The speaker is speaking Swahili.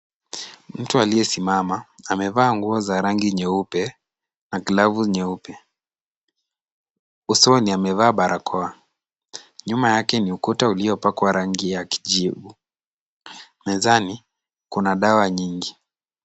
Mtu aliyesimama, amevaa nguo za rangi nyeupe, na glavu nyeupe. Usoni amevaa barakoa, nyuma yake ni ukuta uliopakwa rangi ya kijivu. Mezani kuna dawa nyingi.